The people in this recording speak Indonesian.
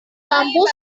lampu